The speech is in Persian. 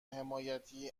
حمایتی